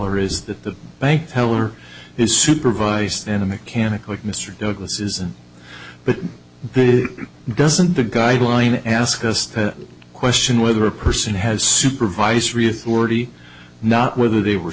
teller is that the bank teller is supervised and a mechanic like mr douglass isn't but doesn't the guideline ask us that question whether a person has supervisory authority not whether they were